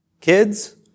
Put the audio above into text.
Kids